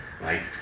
right